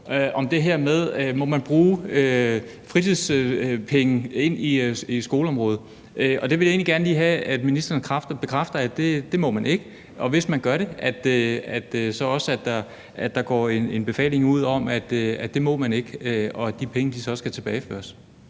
om det her med, om man må bruge fritidspenge på skoleområdet, og jeg vil egentlig gerne lige have, at ministeren bekræfter, at det må man ikke, og at der, hvis man gør det, går en befaling ud om, at det må man ikke, og at de penge skal tilbageføres.